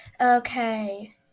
Okay